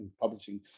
publishing